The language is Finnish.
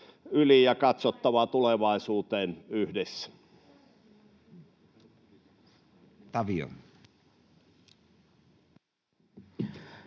yli ja katsottavaa tulevaisuuteen yhdessä.